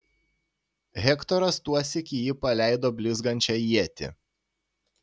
hektoras tuosyk į jį paleido blizgančią ietį